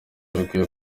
bikwiye